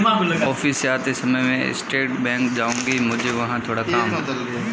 office से आते समय मैं स्टेट बैंक जाऊँगी, मुझे वहाँ थोड़ा काम है